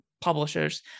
publishers